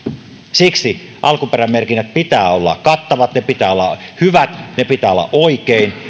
siksi alkuperämerkintöjen pitää olla kattavat niiden pitää olla hyvät niiden pitää olla oikein